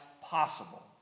possible